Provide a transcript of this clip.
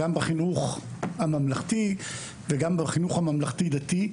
גם בחינוך הממלכתי וגם בחינוך הממלכתי-דתי.